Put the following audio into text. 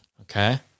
okay